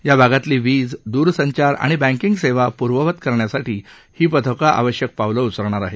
या भागातली वीज दूरसंचार आणि बँकिंग सेवा पूर्ववत करण्यासाठी ही पथकं आवश्यक पावलं उचलणार आहेत